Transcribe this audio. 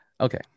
okay